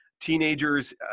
teenagers